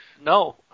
No